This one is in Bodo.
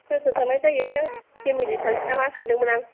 सोर सोर थांनाय जायो फेमिलि थांसै नामा सानदोंमोन आं